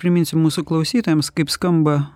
priminsiu mūsų klausytojams kaip skamba